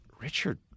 Richard